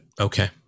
okay